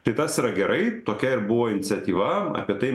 tai tas yra gerai tokia ir buvo iniciatyva apie tai